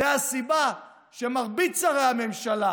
זו הסיבה שמרבית שרי הממשלה,